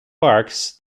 parks